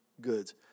goods